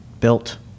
built